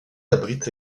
abrite